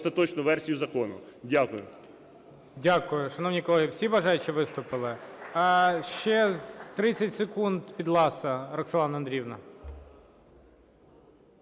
Дякую.